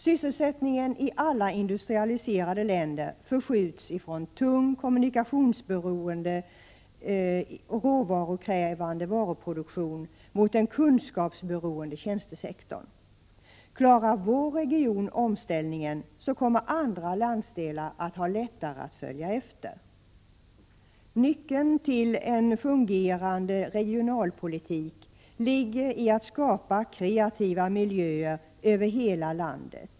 Sysselsättningen i alla industrialiserade länder förskjuts från tung kommunikationsberoende och råvarukrävande varuproduktion mot den kunskapsberoende tjänstesektorn. Klarar vår region omställningen, kommer andra landsdelar att ha lättare att följa efter. Nyckeln till en fungerande regionalpolitik ligger i att skapa kreativa miljöer över hela landet.